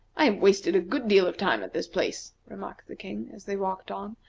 i have wasted a good deal of time at this place, remarked the king, as they walked on,